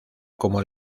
como